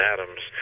Adams